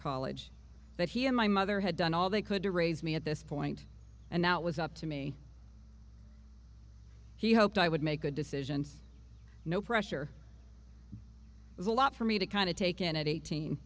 college that he and my mother had done all they could to raise me at this point and that was up to me he hoped i would make good decisions no pressure was a lot for me to kind of taken at eighteen